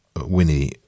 Winnie